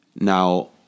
Now